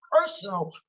personal